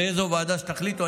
לאיזו ועדה שתחליטו.